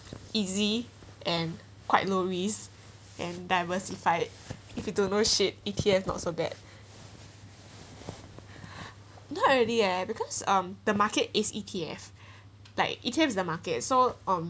easy and quite low risk and diversify it if you don't know shit E_T_F not so bad not really eh because um the market is E_T_F like E_T_F is the market so um